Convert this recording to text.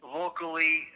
locally